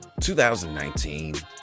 2019